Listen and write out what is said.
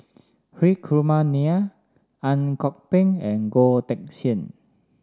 Hri Kumar Nair Ang Kok Peng and Goh Teck Sian